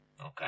Okay